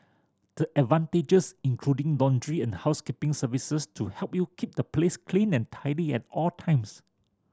the advantages including laundry and housekeeping services to help you keep the place clean and tidy at all times